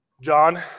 John